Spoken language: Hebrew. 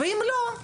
ואם לא,